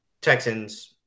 Texans